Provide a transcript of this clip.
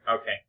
Okay